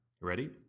Ready